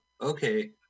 okay